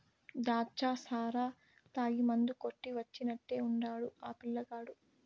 దాచ్చా సారా తాగి మందు కొట్టి వచ్చినట్టే ఉండాడు ఆ పిల్లగాడు